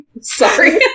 Sorry